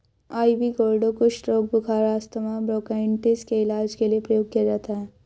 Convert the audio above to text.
ivy gourd कुष्ठ रोग, बुखार, अस्थमा, ब्रोंकाइटिस के इलाज के लिए प्रयोग किया जाता है